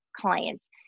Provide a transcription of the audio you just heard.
clients